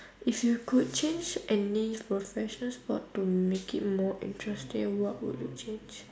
if you could change any professional sport to make it more interesting what would you change